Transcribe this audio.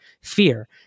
fear